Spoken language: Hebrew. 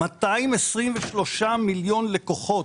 223 מיליון לקוחות,